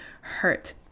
hurt